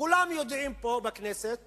כולם בכנסת